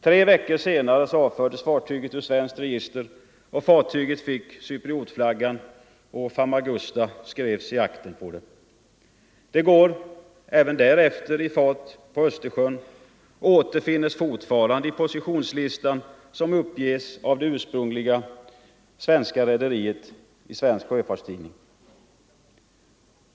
Tre veckor senare avfördes fartyget ur svenskt register, och fartyget fick Cyperns flagga och Famagusta skrivet i aktern. Det går även därefter i fart på Östersjön och återfinnes fortfarande i den positionslista som uppges av det ursprungliga svenska rederiet i Svensk Sjöfarts Tidning.